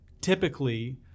typically